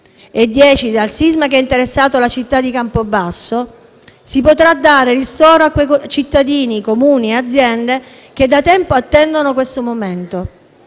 e dieci dal sisma che ha interessato la città di Campobasso, si potrà dare ristoro a quei cittadini, Comuni e aziende che da tempo attendono questo momento.